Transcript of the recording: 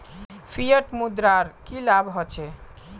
Fiat मुद्रार की लाभ होचे?